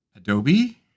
Adobe